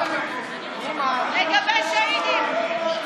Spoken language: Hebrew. מגבה שהידים.